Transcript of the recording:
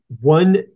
One